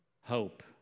Hope